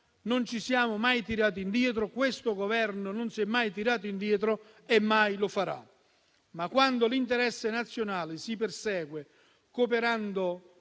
non ci siamo mai tirati indietro. Questo Governo non si è mai tirato indietro e mai lo farà. Ma quando l'interesse nazionale si persegue cooperando